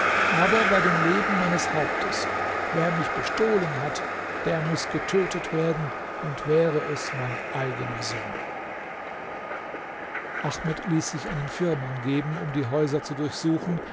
aber bei dem leben meines hauptes wer mich bestohlen hat der muß getötet werden und wäre es mein eigener sohn ahmed ließ sich einen firman geben um die häuser zu durchsuchen